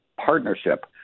partnership